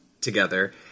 together